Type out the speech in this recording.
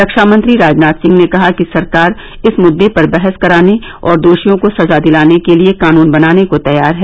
रक्षा मंत्री राजनाथ सिंह ने कहा कि सरकार इस मुद्दे पर बहस कराने और दोषियों को सजा दिलाने के लिए कानून बनाने को तैयार है